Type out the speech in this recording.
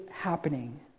happening